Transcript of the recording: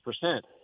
percent